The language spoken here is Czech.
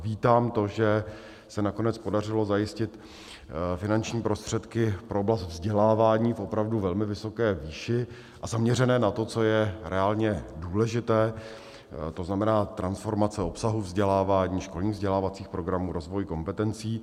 Vítám to, že se nakonec podařilo zajistit finanční prostředky pro oblast vzdělávání v opravdu velmi vysoké výši a zaměřené na to, co je reálně důležité, tzn. transformace obsahu vzdělávání, školních vzdělávacích programů, rozvoj kompetencí.